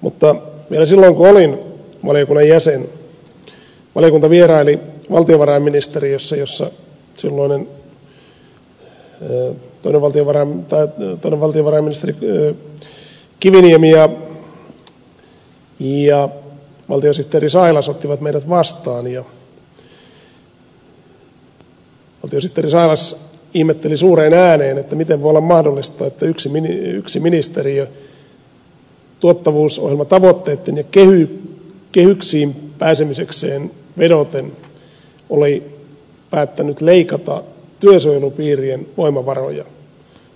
mutta vielä silloin kun olin valiokunnan jäsen valiokunta vieraili valtiovarainministeriössä jossa silloinen toinen valtiovarainministeri kiviniemi ja valtiosihteeri sailas ottivat meidät vastaan ja valtiosihteeri sailas ihmetteli suureen ääneen miten voi olla mahdollista että yksi ministeriö tuottavuusohjelmatavoitteisiin ja kehyksiin pääsemisekseen vedoten oli päättänyt leikata työsuojelupiirien voimavaroja